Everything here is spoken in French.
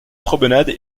promenade